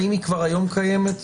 ההנחה לגבי נושא השימושיות של תאגיד,